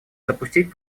допустить